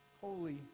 Holy